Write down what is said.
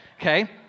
Okay